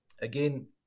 again